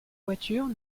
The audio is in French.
voitures